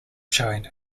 showing